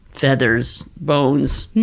feathers, bones,